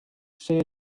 say